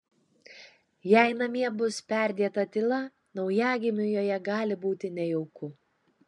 jei namie bus perdėta tyla naujagimiui joje gali būti nejauku